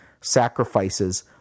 sacrifices